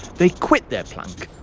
they quit their plank,